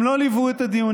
הם לא ליוו את הדיונים,